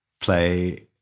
play